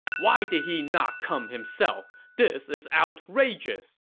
why did he not come himself! this is outrageous!